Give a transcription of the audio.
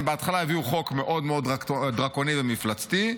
בהתחלה הם הביאו חוק מאוד מאוד דרקוני ומפלצתי,